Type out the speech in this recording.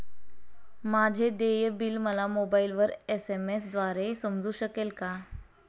माझे देय बिल मला मोबाइलवर एस.एम.एस द्वारे समजू शकेल का?